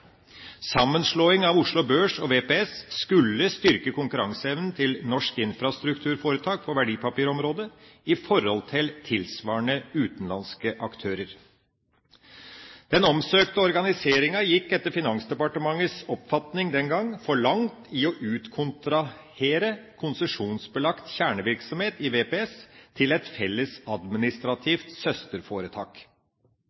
Sammenslåing av Oslo Børs og VPS skulle styrke konkurranseevnen til norske infrastrukturforetak på verdipapirområdet i forhold til tilsvarende utenlandske aktører. Den omsøkte organiseringen gikk etter Finansdepartementets oppfatning den gang for langt i å utkontrahere konsesjonsbelagt kjernevirksomhet i VPS til et felles